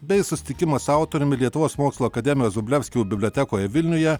bei susitikimo su autoriumi lietuvos mokslų akademijos vrublevskių bibliotekoje vilniuje